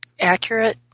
accurate